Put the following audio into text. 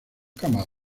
camas